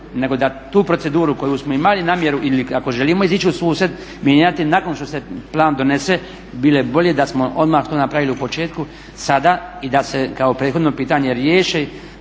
nego da tu proceduru koju smo imali namjeru ili ako želimo izići u susret mijenjati nakon što se plan donese, bile bolje da smo to odmah to napravili u početku sada i da se kao prethodno pitanje riješi